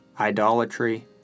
idolatry